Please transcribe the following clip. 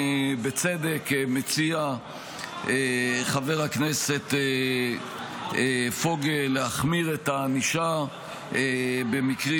בצדק מציע חבר הכנסת פוגל להחמיר את הענישה במקרים